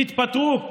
תתפטרו.